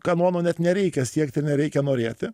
kanono net nereikia siekti ir nereikia norėti